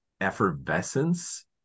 effervescence